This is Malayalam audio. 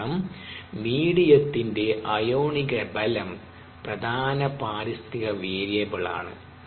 കാരണം മീഡിയത്തിന്റെ അയോണിക ബലം പ്രധാന പാരിസ്ഥിതിക വേരിയബിൾ ആണ്